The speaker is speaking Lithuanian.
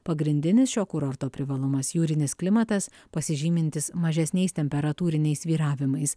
pagrindinis šio kurorto privalumas jūrinis klimatas pasižymintis mažesniais temperatūriniais svyravimais